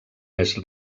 més